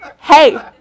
hey